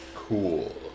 Cool